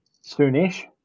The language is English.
soon-ish